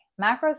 Macros